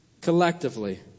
collectively